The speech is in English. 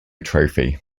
trophy